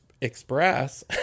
express